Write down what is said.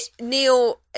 Neil